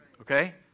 Okay